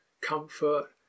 Comfort